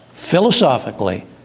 philosophically